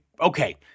okay